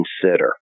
consider